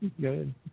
good